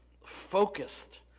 focused